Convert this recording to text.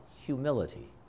humility